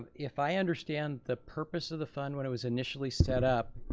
if i understand the purpose of the fund when it was initially set up,